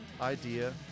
idea